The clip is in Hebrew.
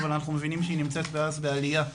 אבל אנחנו מבינים שהיא נמצאת מאז בעלייה,